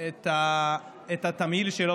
את התמהיל שלו,